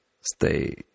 stay